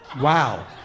Wow